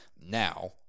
Now